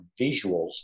visuals